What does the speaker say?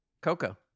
Coco